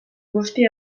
busti